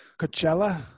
Coachella